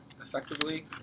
effectively